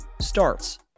starts